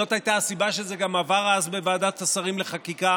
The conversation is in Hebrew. זאת הייתה הסיבה שזה גם עבר אז בוועדת השרים לחקיקה,